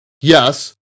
Yes